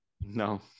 No